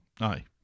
Aye